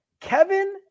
Kevin